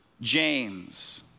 James